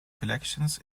collections